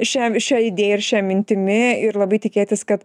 šiam šia idėja ir šia mintimi ir labai tikėtis kad